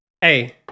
hey